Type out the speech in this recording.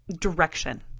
direction